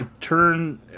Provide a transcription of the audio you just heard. turn